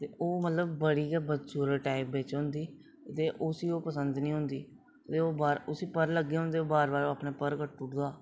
ओह् मतलब बड़ी गै बदसूरत टाइप बिच होंदी दे उसी ओह् पसंद नेईं होंदी दे ओह् उसी पर लग्गे दे होंदे ओह् बार बार अपने पर कट्टी ओड़दा